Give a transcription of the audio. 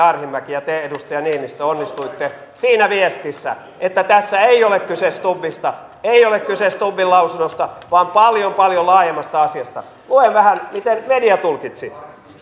arhinmäki ja te edustaja niinistö onnistuitte siinä viestissä että tässä ei ole kyse stubbista ei ole kyse stubbin lausunnosta vaan paljon paljon laajemmasta asiasta luen vähän miten media tulkitsi